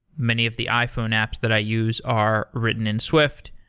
many of the iphone apps that i use are written in swift.